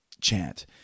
chant